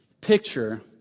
picture